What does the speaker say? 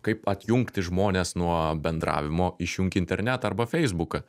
kaip atjungti žmones nuo bendravimo išjunk internetą arba feisbuką